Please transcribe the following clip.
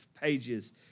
pages